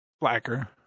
Blacker